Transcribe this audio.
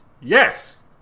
yes